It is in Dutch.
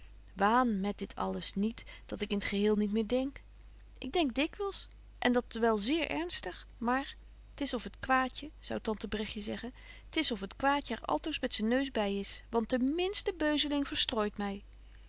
waan met dit alles niet dat ik in t geheel niet meer denk ik denk dikwyls en dat wel zeer ernstig maar t is of het kwaadje zou tantes bregtje zeggen t is of het kwaadje er altoos met zyn neus by is want de minste beuzeling verstrooit my